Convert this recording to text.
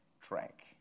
track